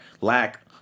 lack